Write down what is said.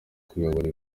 kuyobora